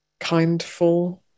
kindful